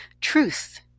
Truth